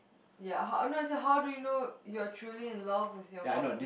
ya how no I say how do you know you're truly in love with your partner